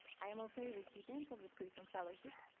i am also a recipient of the pearson fellowship,